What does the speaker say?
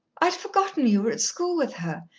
i'd forgotten you were at school with her.